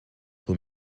who